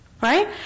Right